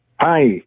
Hi